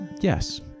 yes